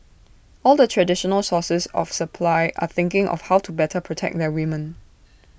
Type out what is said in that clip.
all the traditional sources of supply are thinking of how to better protect their women